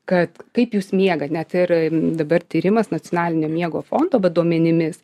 kad kaip jūs miegat net ir dabar tyrimas nacionalinio miego fondo duomenimis